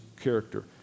character